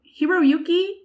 Hiroyuki